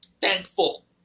Thankful